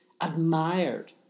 admired